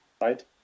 Right